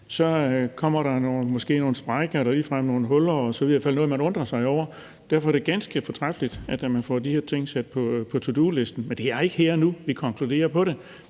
sprækker eller måske ligefrem nogle huller osv. – i hvert fald noget, man undrer sig over. Derfor er det ganske fortræffeligt, at man får sat de her ting på to do-listen, men det er ikke her og nu, at vi konkluderer på det.